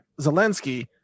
Zelensky